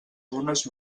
dunes